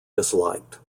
disliked